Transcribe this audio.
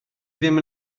ddim